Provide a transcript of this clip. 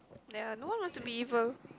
there're no known to be evil